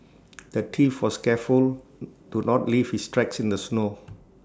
the thief was careful to not leave his tracks in the snow